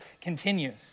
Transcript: continues